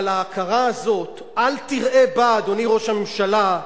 אבל ההכרה הזאת, אל תראה בה, אדוני ראש הממשלה,